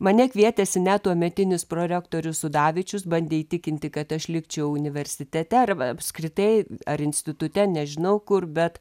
mane kvietėsi net tuometinis prorektorius sudavičius bandė įtikinti kad aš likčiau universitete arba apskritai ar institute nežinau kur bet